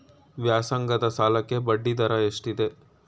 ವ್ಯಾಸಂಗದ ಸಾಲಕ್ಕೆ ಬಡ್ಡಿ ದರ ಎಷ್ಟಿದೆ?